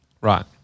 Right